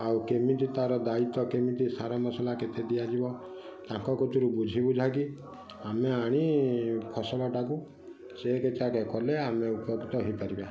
ଆଉ କେମିତି ତା'ର ଦାୟିତ୍ୱ ଆଉ କେମିତି ତା'ର ସାର ମସଲା କେତେ ଦିଆଯିବ ତାଙ୍କ କତୁରୁ ବୁଝି ବୁଝାକି ଆମେ ଆଣି ଫସଲଟାକୁ ଚେକ୍ ଚାକେ କଲେ ଆମେ ଉପକୃତ ହୋଇପାରିବା